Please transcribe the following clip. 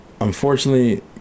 unfortunately